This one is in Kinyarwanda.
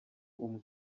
umwe